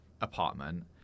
apartment